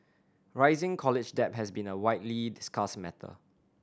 rising college debt has been a widely discussed matter